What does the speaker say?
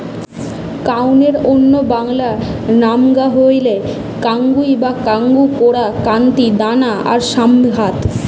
কাউনের অন্য বাংলা নামগা হয়ঠে কাঙ্গুই বা কাঙ্গু, কোরা, কান্তি, দানা আর শ্যামধাত